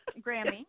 Grammy